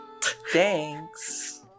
Thanks